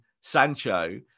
Sancho